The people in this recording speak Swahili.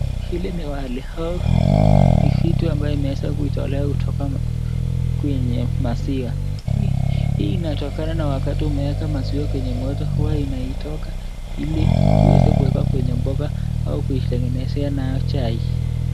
Hili ni wali au ni vitu ambayo imeweza kutolewa kutoka kwenye maziwa hii inatokana na wakati umeeka maziwa kwenye moto huwa inatoka ili uweze kuweka kwenye mboga au kuitengenezea nayo chai.